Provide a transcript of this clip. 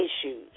issues